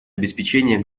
обеспечения